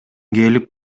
келип